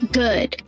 good